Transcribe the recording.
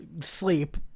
sleep